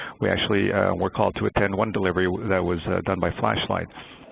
we actually were called to attend one delivery that was done by flashlights.